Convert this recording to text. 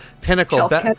pinnacle